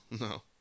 no